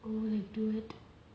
oh like do it